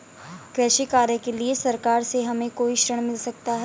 कृषि कार्य के लिए सरकार से हमें कोई ऋण मिल सकता है?